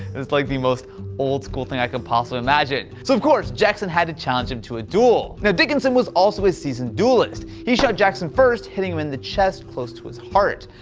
it's like the most old-school thing i could possibly imagine. so of course, jackson had to challenge him to a duel. now dickinson was also a seasoned duelist. he shot jackson first, hitting him in the chest close to his heart.